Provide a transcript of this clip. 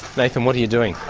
nathan, what are you doing?